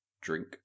drink